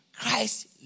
Christ